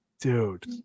Dude